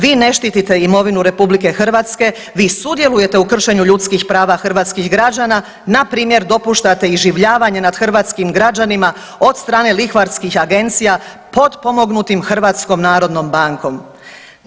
Vi ne štitite imovinu RH, vi sudjelujete u kršenju ljudskih prava hrvatskih građana, npr. dopuštate iživljavanje nad hrvatskim građanima od strane lihvarskih agencija potpomognuti HNB-om.